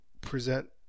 present